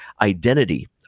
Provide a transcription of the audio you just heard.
identity